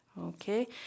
Okay